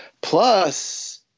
Plus